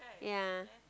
ya